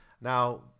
Now